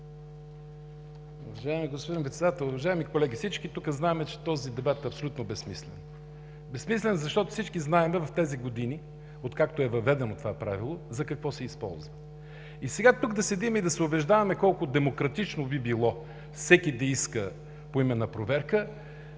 Уважаеми господин Председател, уважаеми колеги! Всички тук знаем, че този дебат е абсолютно безсмислен! Безсмислен е, защото всички знаем през тези години, откакто е въведено това правило, за какво се използва. И сега да седим тук и да се убеждаваме колко демократично би било всеки да иска поименна проверка,